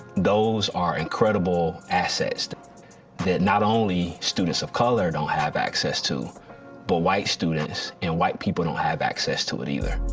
those are incredible assets that not only students of color don't have access to but white students and white people don't have access to and either.